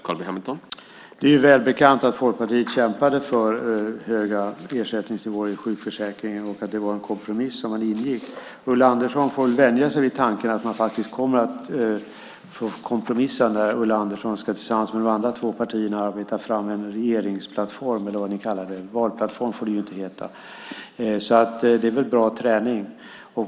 Herr talman! Det är välbekant att Folkpartiet kämpade för höga ersättningsnivåer i sjukförsäkringen och att man ingick en kompromiss. Ulla Andersson får väl vänja sig vid tanken på att man faktiskt kommer att få kompromissa när Ulla Andersson tillsammans med de andra två partierna ska arbeta fram en regeringsplattform, eller vad ni kallar det - valplattform får det ju inte heta. Det är väl bra träning.